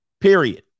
period